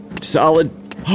Solid